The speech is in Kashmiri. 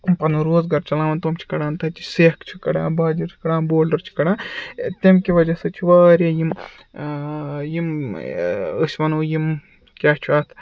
پَنُن روزگار چَلاوان تٕم چھِ کَڑان تَتہِ سٮ۪کھ چھِ کَڑان باجر چھِ کَڑان بولڈَر چھِ کَڑان تمہِ کہِ وَجہ سۭتۍ چھِ واریاہ یِم یِم أسۍ وَنو یِم کیٛاہ چھُ اَتھ